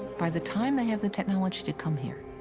by the time they have the technology to come here,